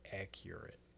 accurate